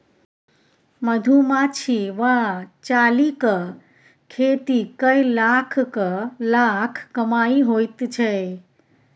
मधुमाछी वा चालीक खेती कए लाखक लाख कमाई होइत छै